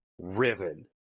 riven